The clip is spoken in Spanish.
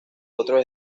otros